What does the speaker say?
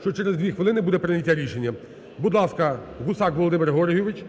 що через дві хвилини буде прийняття рішення. Будь ласка, Гусак Володимир Георгійович.